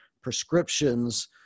prescriptions